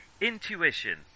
Intuition